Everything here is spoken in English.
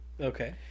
Okay